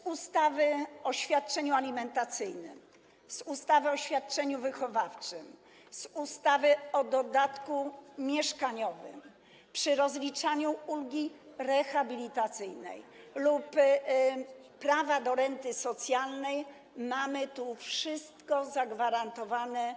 W ustawie o świadczeniu alimentacyjnym, w ustawie o świadczeniu wychowawczym, w ustawie o dodatku mieszkaniowym, przy rozliczaniu ulgi rehabilitacyjnej lub prawa do renty socjalnej - mamy tu wszystko zagwarantowane.